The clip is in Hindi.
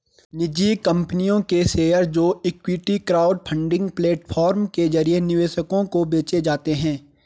निजी कंपनियों के शेयर जो इक्विटी क्राउडफंडिंग प्लेटफॉर्म के जरिए निवेशकों को बेचे जाते हैं